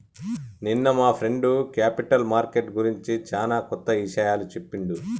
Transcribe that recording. నిన్న మా friend capital market గురించి చానా కొత్త ఇషయాలు చెప్పిండు